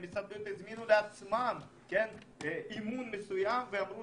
שמשרד הבריאות הזמינו לעצמם אימון מסוים ואמרו